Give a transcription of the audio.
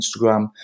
Instagram